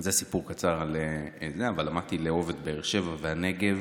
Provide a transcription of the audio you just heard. זה סיפור קצר, אבל למדתי לאהוב את באר שבע והנגב